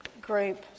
group